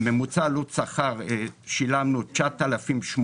ממוצע עלות שכר שילמנו 9,820,